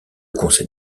conseil